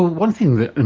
one thing that, and